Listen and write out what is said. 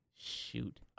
Shoot